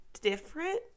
different